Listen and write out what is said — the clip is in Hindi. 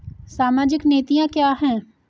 सामाजिक नीतियाँ क्या हैं?